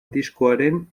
diskoaren